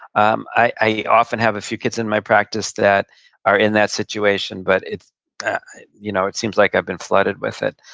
um i often have a few kids in my practice that are in that situation, but you know it seems like i've been flooded with it,